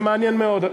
זה מעניין מאוד,